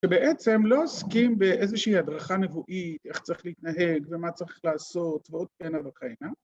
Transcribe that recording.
‫שבעצם לא עוסקים באיזושהי ‫הדרכה נבואית, ‫איך צריך להתנהג ומה צריך לעשות, ‫ועוד כהנה וכהנה.